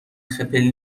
خپل